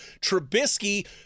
Trubisky